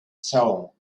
soul